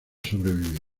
sobrevivir